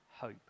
hope